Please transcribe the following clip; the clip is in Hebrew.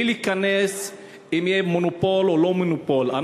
מבלי להיכנס אם יהיה מונופול או לא מונופול,